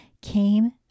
came